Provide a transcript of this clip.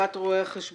לשכת רואי החשבון,